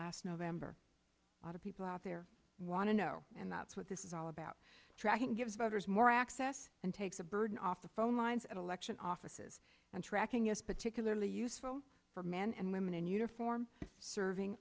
last november a lot of people out there want to know and that's what this is all about tracking gives voters more access and takes a burden off the phone lines at election offices and tracking is particularly useful for men and women in uniform serving